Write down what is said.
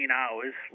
hours